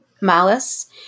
Malice